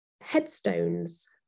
headstones